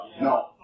No